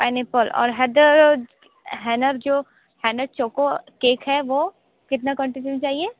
pineapple और हैदर हेनर जो हेनर चोको केक है वो कितना क्वांटिटी में चाहिए